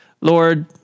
Lord